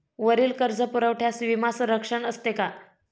वरील कर्जपुरवठ्यास विमा संरक्षण असते का?